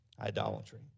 idolatry